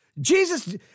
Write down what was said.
Jesus